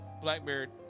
Blackbeard